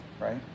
right